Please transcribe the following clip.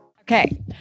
Okay